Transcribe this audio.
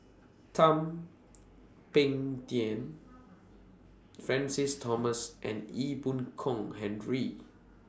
Thum Ping Tjin Francis Thomas and Ee Boon Kong Henry